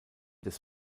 des